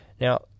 Now